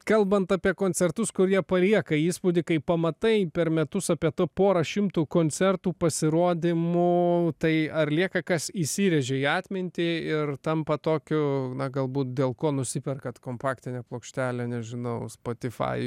kalbant apie koncertus kurie palieka įspūdį kai pamatai per metus apie tą pora šimtų koncertų pasirodymų tai ar lieka kas įsirėžia į atmintį ir tampa tokiu na galbūt dėl ko nusiperkate kompaktinę plokštelę nežinau spotify